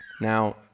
Now